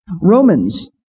Romans